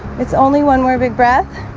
it's only one more big breath